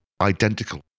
identical